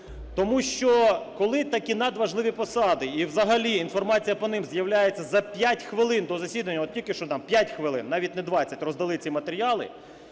Тому що, коли такі надважливі посади, і взагалі інформація по ним з'являється за 5 хвилин до засідання, от, тільки що нам, 5 хвилин, навіть не 20, роздали ці матеріали…